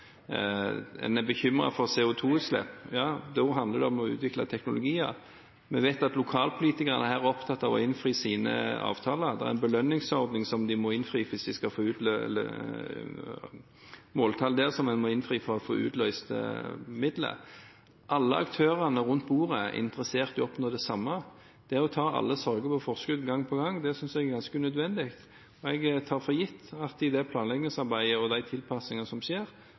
En er bekymret for CO2-utslipp. Ja, da handler det om å utvikle teknologier. Vi vet at lokalpolitikerne er opptatt av å innfri sine avtaler. Det er en belønningsordning med måltall som de må innfri for å få utløst midler. Alle aktørene rundt bordet er interessert i å oppnå det samme. Det å ta alle sorger på forskudd gang på gang synes jeg er ganske unødvendig. Jeg tar for gitt at i det planleggingsarbeidet og de tilpasningene som skjer,